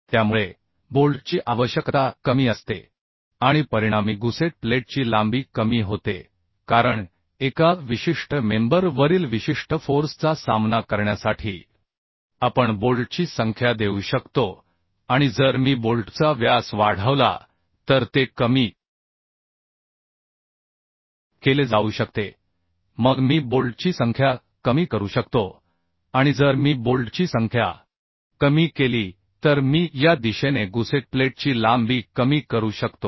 त्यामुळे बोल्टची आवश्यकता कमी असते आणि परिणामी गुसेट प्लेटची लांबी कमी होते कारण एका विशिष्ट मेंबर वरील विशिष्ट फोर्स चा सामना करण्यासाठी आपण बोल्टची संख्या देऊ शकतो आणि जर मी बोल्टचा व्यास वाढवला तर ते कमी केले जाऊ शकते मग मी बोल्टची संख्या कमी करू शकतो आणि जर मी बोल्टची संख्या कमी केली तर मी या दिशेने गुसेट प्लेटची लांबी कमी करू शकतो